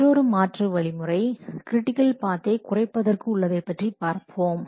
மற்றுமொரு வழிமுறை கிரிட்டிக்கல் பாத்தை குறைப்பதற்கு உள்ளதைபற்றி பார்ப்போம்